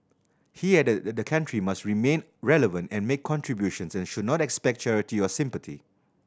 he added that the country must remain relevant and make contributions and should not expect charity or sympathy